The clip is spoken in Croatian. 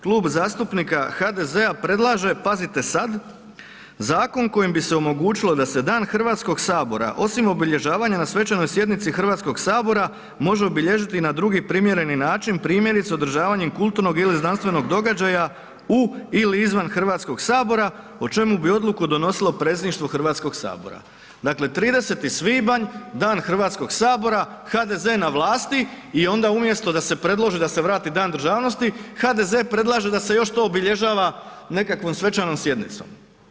Kluba zastupnika HDZ-a predlaže, pazite sad, zakon kojim bi se omogućilo da se Dan Hrvatskog sabora, osim obilježavanja na svečanoj sjednici HS-a može obilježiti i na drugi primjereni način, primjerice održavanjem kulturnog ili znanstvenog događaja u ili izvan HS-a o čemu bi odluku donosilo predsjedništvo HS-a. dakle, 30. svibnja, Dan Hrvatskoga sabora, HDZ na vlasti i onda umjesto da se predloži da se vrati Dan državnosti, HDZ predlaže da se još to obilježava nekakvom svečanom sjednicom.